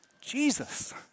Jesus